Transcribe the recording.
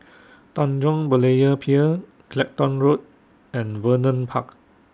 Tanjong Berlayer Pier Clacton Road and Vernon Park